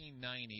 1990